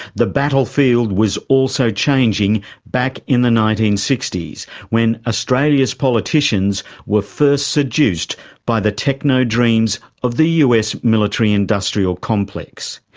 the battlefield was also changing back in the nineteen sixty s when australia's politicians were first seduced by the techno dreams of the us military industrial complex.